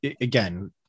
Again